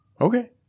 Okay